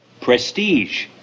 Prestige